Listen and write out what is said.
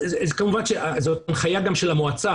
כמובן שזאת הנחיה גם של המועצה,